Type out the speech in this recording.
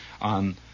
on